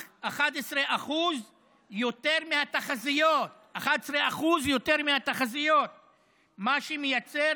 11% יותר מהתחזיות, מה שמייצר